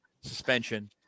suspension